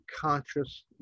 conscious